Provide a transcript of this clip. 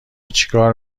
چیکار